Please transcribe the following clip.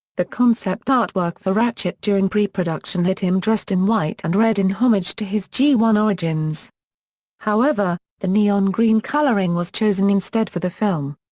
the concept artwork for ratchet during pre-production had him dressed in white and red in homage to his g one origins however, the neon green coloring was chosen instead for the film.